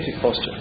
posture